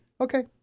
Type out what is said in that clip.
Okay